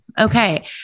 Okay